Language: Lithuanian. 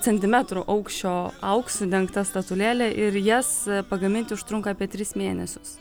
centimetrų aukščio auksu dengta statulėlė ir jas pagaminti užtrunka apie tris mėnesius